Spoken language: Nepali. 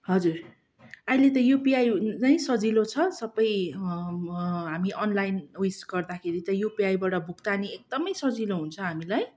हजुर अहिले त युपिआई नै सजिलो छ सबै हामी अनलाइन उइस गर्दाखेरि त युपिआईबाट भुक्तानी एकदमै सजिलो हुन्छ हामीलाई